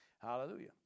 hallelujah